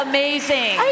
Amazing